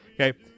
okay